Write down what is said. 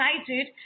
excited